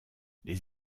les